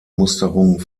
musterung